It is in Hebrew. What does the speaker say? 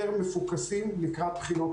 י"ב בחינות